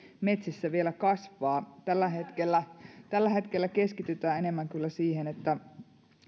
metsissä vielä kasvaa tällä hetkellä tällä hetkellä keskitytään enemmän kyllä siihen että